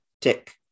tick